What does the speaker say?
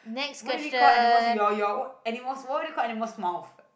what do we call animals your your what animals what do we call animals mouth